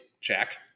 Jack